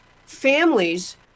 Families